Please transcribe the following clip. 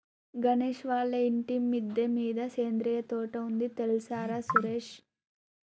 గణేష్ వాళ్ళ ఇంటి మిద్దె మీద సేంద్రియ తోట ఉంది తెల్సార సురేష్